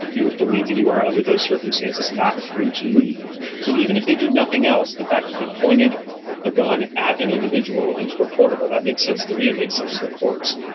you would believe that you are, under those circumstances, not free to leave. so even if they do nothing else, the fact that they pointed a gun at an individual is reportable. that makes sense to me. and makes us the courts,